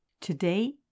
Today